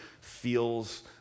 feels